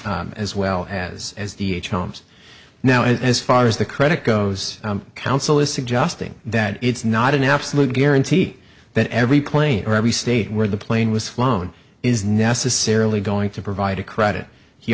as well as as the homes now and as far as the credit goes council is suggesting that it's not an absolute guarantee that every plane or every state where the plane was flown is necessarily going to provide a credit